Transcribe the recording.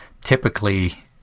typically